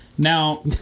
Now